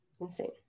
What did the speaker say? Insane